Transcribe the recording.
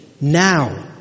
Now